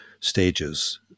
stages